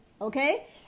okay